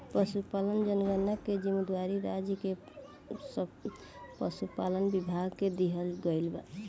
पसुपालन जनगणना के जिम्मेवारी राज्य के पसुपालन विभाग के दिहल गइल बा